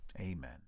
amen